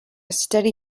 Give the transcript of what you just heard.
steady